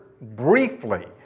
briefly